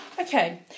Okay